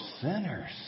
Sinners